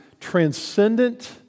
transcendent